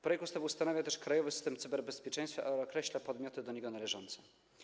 Projekt ustawy ustanawia też krajowy system cyberbezpieczeństwa i określa podmioty do niego należące.